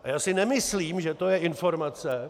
A já si nemyslím, že to je informace...